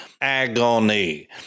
agony